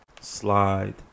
Slide